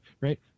right